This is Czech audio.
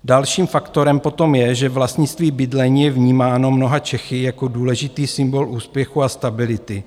Dalším faktorem potom je, že vlastnictví bydlení je vnímáno mnoha Čechy jako důležitý symbol úspěchu a stability.